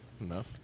Enough